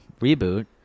reboot